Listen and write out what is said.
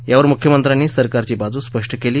यावर मुख्यमंत्र्यांनी सरकारची बाजू स्पष्ट केली